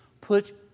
put